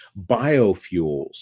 biofuels